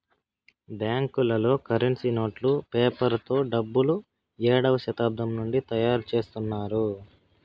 బ్యాంకులలో కరెన్సీ నోట్లు పేపర్ తో డబ్బులు ఏడవ శతాబ్దం నుండి తయారుచేత్తున్నారు